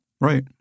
Right